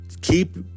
keep